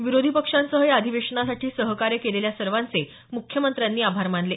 विरोधी पक्षांसह या अधिवेशनासाठी सहकार्य केलेल्या सर्वांचे मुख्यमंत्र्यांनी आभार मानले